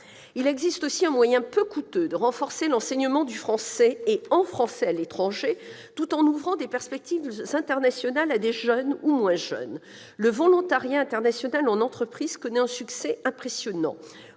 Il existe aussi un moyen peu coûteux de renforcer l'enseignement du français et en français à l'étranger, tout en ouvrant des perspectives internationales à des jeunes ou moins jeunes. Le volontariat international en entreprise connaît un succès impressionnant